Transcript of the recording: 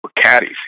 caddies